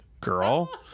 girl